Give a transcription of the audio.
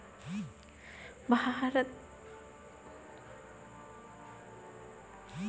तोहरो भेजल पईसा के जानकारी ऑनलाइन देहल रहत हवे